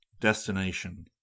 DESTINATION